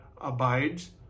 abides